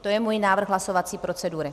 To je můj návrh hlasovací procedury.